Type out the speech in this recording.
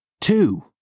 Two